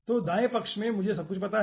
तो दाएं पक्ष में मुझे सब कुछ पता है